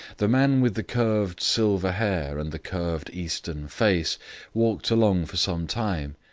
the man with the curved silver hair and the curved eastern face walked along for some time,